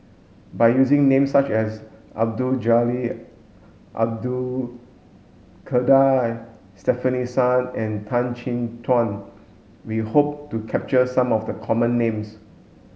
by using names such as Abdul Jalil Abdul Kadir Stefanie Sun and Tan Chin Tuan we hope to capture some of the common names